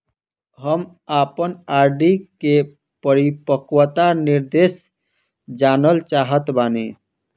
हम आपन आर.डी के परिपक्वता निर्देश जानल चाहत बानी